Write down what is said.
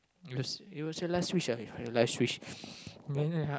it was it was her last wish lah her last wish